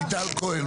מיטל כהן,